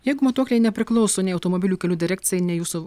jeigu matuokliai nepriklauso nei automobilių kelių direkcijai nei jūsų